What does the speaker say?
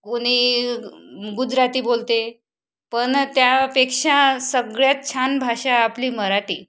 कोणी गुजराती बोलते पण त्यापेक्षा सगळ्यात छान भाषा आपली मराठी